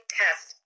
test